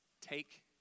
Take